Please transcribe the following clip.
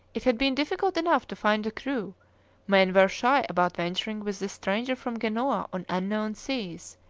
it had been difficult enough to find a crew men were shy about venturing with this stranger from genoa on unknown seas,